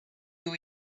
you